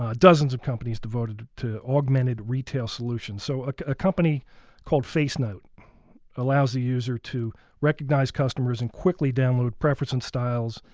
ah dozens of companies devoted to augmented retail solutions. so a company called face note allows the user to recognize customers and quickly download preference and styles,